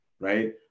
right